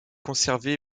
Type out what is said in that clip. conservée